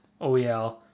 OEL